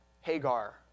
Hagar